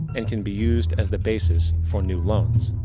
and can be used as the basis for new loans.